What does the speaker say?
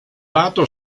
lato